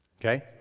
Okay